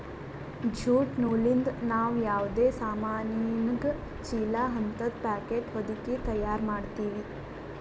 jute ನೂಲಿಂದ್ ನಾವ್ ಯಾವದೇ ಸಾಮಾನಿಗ ಚೀಲಾ ಹಂತದ್ ಪ್ಯಾಕೆಟ್ ಹೊದಕಿ ತಯಾರ್ ಮಾಡ್ತೀವಿ